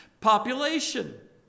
population